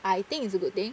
I think it's a good thing